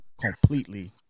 completely